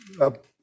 up